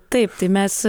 taip tai mes